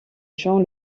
jean